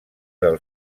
del